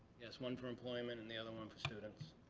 yes, one for employment and the other one for students.